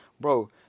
Bro